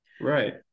right